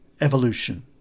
evolution